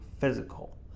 physical